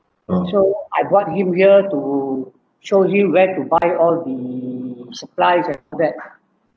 so I brought him here to show him where to buy all the supplies and that